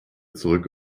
zurück